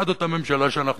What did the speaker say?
עד אותה ממשלה שאנחנו,